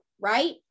right